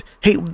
hey